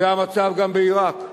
זה המצב גם בעירק,